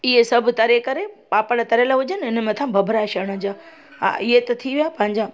इहे सभु तरे करे पापड़ तरियल हुजनि हिन मथां भभरा छॾण जा हा इहे त थी विया पंहिंजा